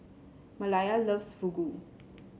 Maleah loves Fugu